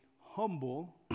humble